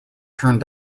turned